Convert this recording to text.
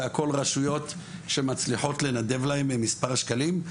הכול זה רשויות שמצליחות לנדב להם מספר שקלים.